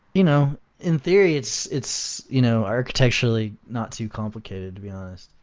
you know in theory, it's it's you know architecturally not too complicated, to be honest.